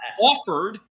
offered